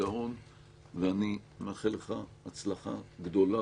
נבין אותו ונלך קדימה.